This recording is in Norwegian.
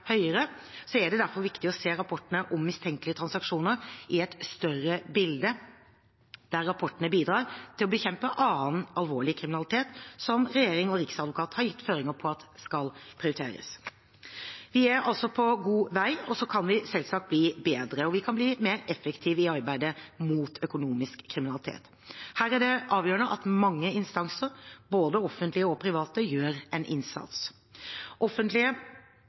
er det derfor viktig å se rapportene om mistenkelige transaksjoner i et større bilde, der rapportene bidrar til å bekjempe annen alvorlig kriminalitet som regjeringen og Riksadvokaten har gitt føringer for skal prioriteres. Vi er altså på god vei, men vi kan selvsagt bli bedre og mer effektive i arbeidet mot økonomisk kriminalitet. Her er det avgjørende at mange instanser, både offentlige og private, gjør en